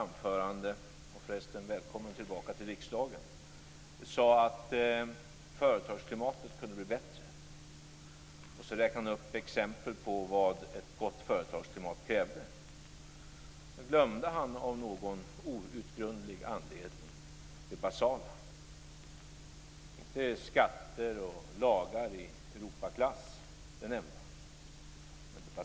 i ett för övrigt intressant anförande sade att företagsklimatet kunde bli bättre och räknade upp exempel på vad ett gott företagsklimat krävde, glömde han av någon outgrundlig anledning det basala. Han glömde inte skatter och lagar i Europaklass, det nämnde han.